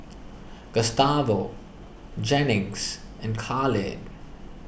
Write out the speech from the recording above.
Gustavo Jennings and Khalid